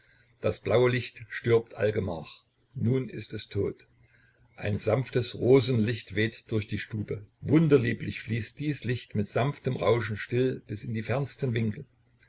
das blaue licht stirbt allgemach nun ist es tot ein sanftes rosenlicht weht durch die stube wunderlieblich fließt dies licht mit sanftem rauschen still bis in die fernsten winkel